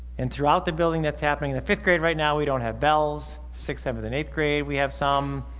and throughout the building that's happening the fifth grade right now we don't have belle's sixth seventh and eighth grade we have some